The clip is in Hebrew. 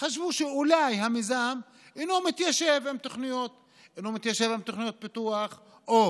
חשבו שאולי המיזם אינו מתיישב עם תוכניות פיתוח או